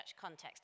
context